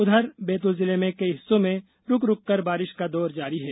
उधर बैतूल जिले में कई हिस्सों में रूक रूककर बारिश का दौर जारी है